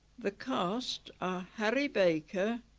the cast are harry baker,